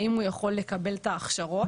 האם הוא יכול לקבל את ההכשרות,